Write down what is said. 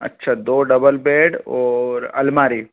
अच्छा दो double bed और अलमारी